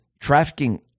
trafficking